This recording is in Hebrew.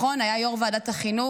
יו"ר ועדת חינוך.